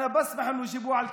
אני מאשר שהם יביאו אותו לכנסת.